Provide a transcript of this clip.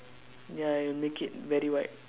ya it'll make it very white